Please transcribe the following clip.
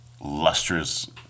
lustrous